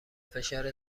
فشار